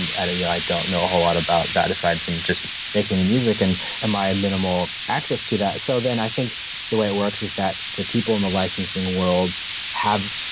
and and you know, i don't know a whole lot about that aside from just making the music and and my minimal access to that. so then i think the way it works is that the people in the licensing world have,